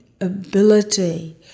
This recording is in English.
ability